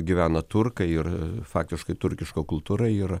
gyvena turkai ir faktiškai turkiška kultūra yra